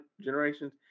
generations